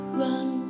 run